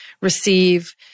receive